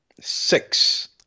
Six